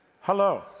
Hello